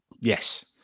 yes